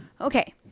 Okay